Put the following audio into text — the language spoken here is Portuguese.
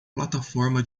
plataforma